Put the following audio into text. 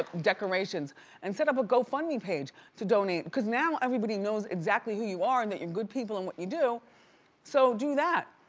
ah decorations and set up a gofundme page to donate cause now everybody knows exactly who you are and that you're good people in what you do so do that.